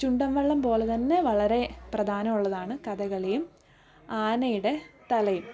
ചുണ്ടൻ വള്ളം പോലെതന്നെ വളരെ പ്രധാനമുള്ളതാണ് കഥകളിയും ആനയുടെ തലയും